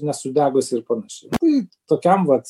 nesudegusi ir panašiai tai tokiam vat